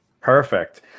Perfect